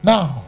Now